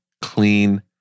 clean